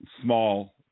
small